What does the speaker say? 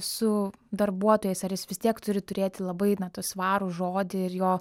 su darbuotojais ar jis vis tiek turi turėti labai na tą svarų žodį ir jo